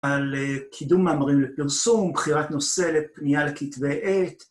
על קידום מאמרים לפרסום, בחירת נושא לפנייה לכתבי עת